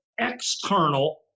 external